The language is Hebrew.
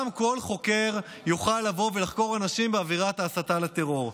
גם כל חוקר יוכל לבוא ולחקור אנשים בעבירת ההסתה לטרור,